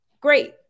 great